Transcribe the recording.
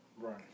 Right